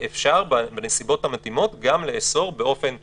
אפשר בנסיבות המתאימות גם לאסור באופן מלא,